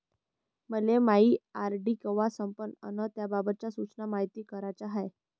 मले मायी आर.डी कवा संपन अन त्याबाबतच्या सूचना मायती कराच्या हाय